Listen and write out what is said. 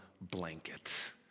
blanket